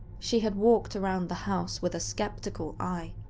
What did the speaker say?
she had walked around the house with a skeptical eye,